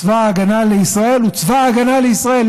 צבא הגנה לישראל הוא צבא הגנה לישראל,